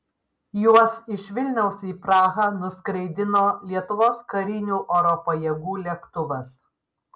juos iš vilniaus į prahą nuskraidino lietuvos karinių oro pajėgų lėktuvas